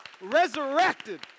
Resurrected